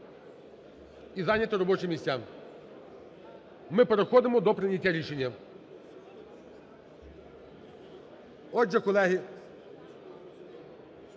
і зайняти робочі місця. Ми переходимо до прийняття рішення. Отже, колеги,